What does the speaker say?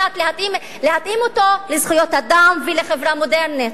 להתאים אותו לזכויות אדם ולחברה מודרנית.